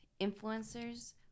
influencers